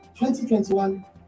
2021